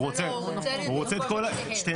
הוא רוצה לרכוש את שתיהן.